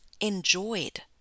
enjoyed